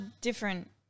Different